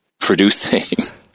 producing